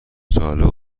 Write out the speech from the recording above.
جالب